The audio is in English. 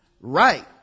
right